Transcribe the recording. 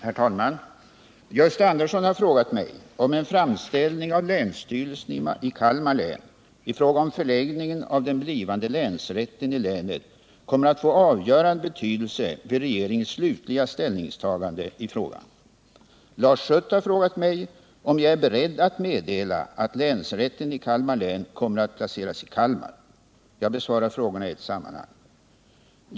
Herr talman! Gösta Andersson har frågat mig huruvida en framställning av länsstyrelsen i Kalmar län i fråga om förläggningen av den blivande länsrätten i länet kommer att få avgörande betydelse vid regeringens slutliga ställningstagande i frågan. Lars Schött har frågat mig om jag är beredd att meddela att länsrätten i Kalmar län kommer att placeras i Kalmar. Jag besvarar frågorna i ett sammanhang.